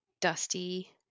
dusty